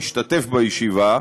השתתף בישיבה,